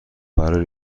برای